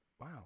Wow